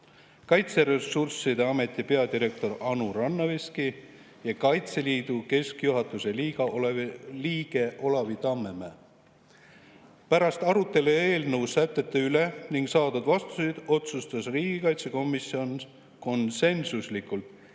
Kaitseressursside Ameti peadirektor Anu Rannaveski ja Kaitseliidu keskjuhatuse liige Olavi Tammemäe. Pärast arutelu eelnõu sätete üle ning saadud vastuseid otsustas riigikaitsekomisjon konsensuslikult